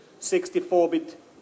64-bit